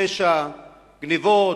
פשע וגנבות,